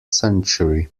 century